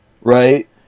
right